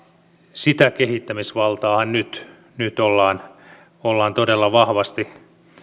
sitä kehittämisvaltaa nyt nyt ollaan ollaan todella vahvasti